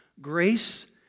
Grace